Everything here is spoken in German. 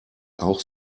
auch